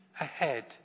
ahead